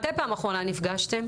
מתי פעם אחרונה נפגשתם?